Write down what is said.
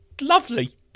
lovely